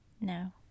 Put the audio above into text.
No